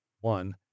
One